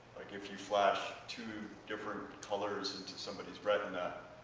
like, if you flash two different colors into somebody's retina,